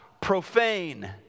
profane